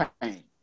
pain